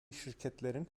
şirketlerin